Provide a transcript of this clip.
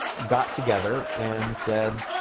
got together and said,